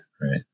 Right